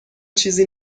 چیزی